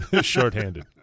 shorthanded